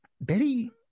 Betty